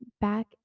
back